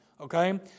okay